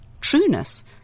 trueness